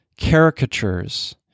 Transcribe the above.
caricatures